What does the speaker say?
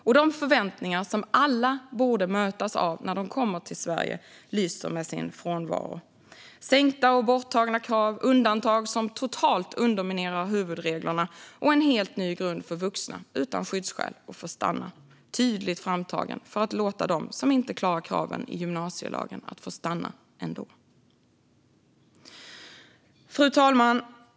Och de förväntningar som alla borde mötas av när de kommer till Sverige lyser med sin frånvaro. Det handlar om sänkta och borttagna krav, undantag som totalt underminerar huvudreglerna och en helt ny grund för vuxna utan skyddsskäl att få stanna. Detta är tydligt framtaget för att låta dem som inte klarar kraven i gymnasielagen få stanna ändå. Fru talman!